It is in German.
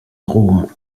rom